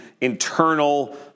internal